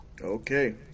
Okay